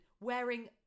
wearing